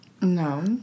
no